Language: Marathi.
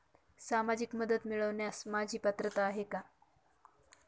सामाजिक मदत मिळवण्यास माझी पात्रता आहे का?